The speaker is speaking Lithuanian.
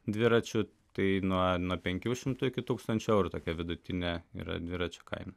dviračių tai nuo nuo penkių šimtų iki tūkstančio eurų tokia vidutine yra dviračio kaina